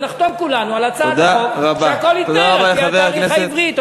ונחתום כולנו על הצעת חוק שהכול יתנהל על-פי התאריך העברי.